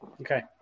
Okay